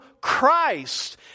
Christ